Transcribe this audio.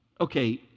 okay